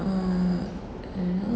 uh